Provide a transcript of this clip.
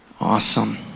Awesome